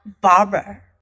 barber